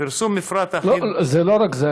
פרסום מפרט אחיד, זה לא רק זה.